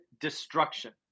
destruction